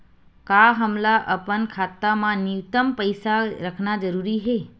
का हमला अपन खाता मा न्यूनतम पईसा रखना जरूरी हे?